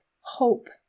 hope